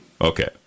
Okay